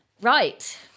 Right